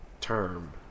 term